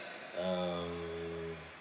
um